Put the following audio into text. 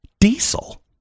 Diesel